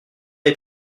est